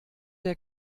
der